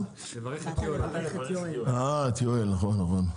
נכון, נכון.